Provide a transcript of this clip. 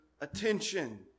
attention